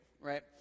Right